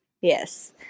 Yes